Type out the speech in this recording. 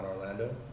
Orlando